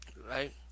Right